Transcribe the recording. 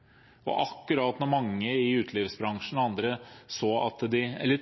mange bedrifter som nå er i en kritisk situasjon. Her i Oslo har vi vært nedstengt siden november. Akkurat da mange i utelivsbransjen og andre